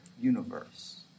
universe